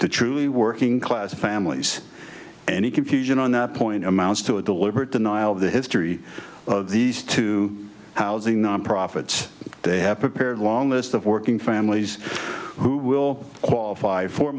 to truly working class families any confusion on that point amounts to a deliberate denial of the history of these two housing nonprofits they have prepared a long list of working families who will qualify for